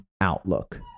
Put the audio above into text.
outlook